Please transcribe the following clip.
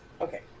Okay